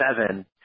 seven